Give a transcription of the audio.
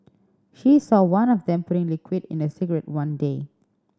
she saw one of them putting liquid in a cigarette one day